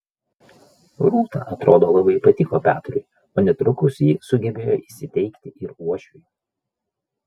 rūta atrodo labai patiko petrui o netrukus ji sugebėjo įsiteikti ir uošviui